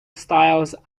styles